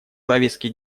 повестки